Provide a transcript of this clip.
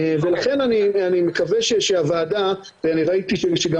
ואני רואה פה את שירה,